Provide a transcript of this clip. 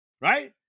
right